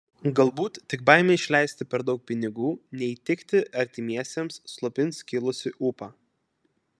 galbūt tik baimė išleisti per daug pinigų neįtikti artimiesiems slopins kilusį ūpą